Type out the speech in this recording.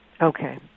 Okay